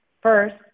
First